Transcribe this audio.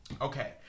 Okay